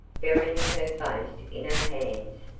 burying her face in her hands,